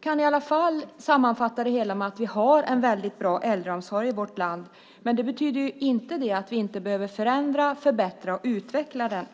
kan trots allt sammanfatta det hela med att vi har en väldigt bra äldreomsorg i vårt land. Men det betyder inte att vi inte behöver förändra, förbättra och utveckla den.